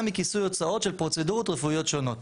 מכיסוי הוצאות של פרוצדורות רפואיות שונות,